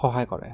সহায় কৰে